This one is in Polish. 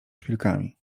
szpilkami